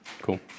cool